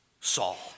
Saul